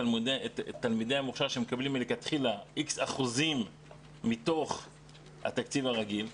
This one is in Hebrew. תלמידי המוכש"ר שמקבלים מלכתחילהX אחוזים מתוך התקציב הרגיל,